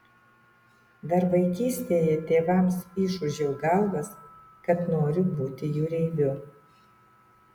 dar vaikystėje tėvams išūžiau galvas kad noriu būti jūreiviu